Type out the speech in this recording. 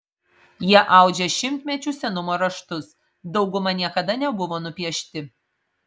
jie audžia šimtmečių senumo raštus dauguma niekada nebuvo nupiešti